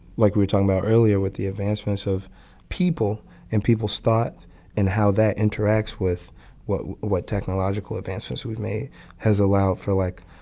like, we were talking about earlier with the advancements of people and people's thought and how that interacts with what what technological advancements we've made has allowed for like,